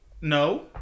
No